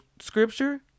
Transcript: scripture